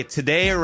today